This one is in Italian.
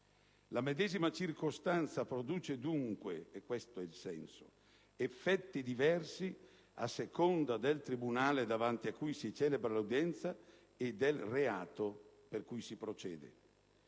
La medesima circostanza produce dunque - questo è il senso - effetti diversi a seconda del tribunale davanti a cui si celebra l'udienza e del reato per cui si procede.